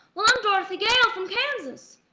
well i'm dorothy gale from kansas.